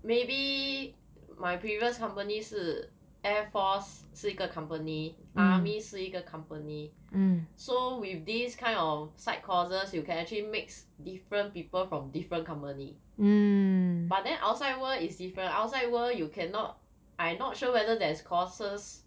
maybe my previous company 是 air force 是一个 company army 是一个 company so with this kind of side courses you can actually mix different people from different company but then outside world is different outside world you cannot I not sure whether there is courses